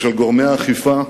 ושל גורמי האכיפה